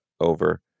over